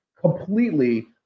completely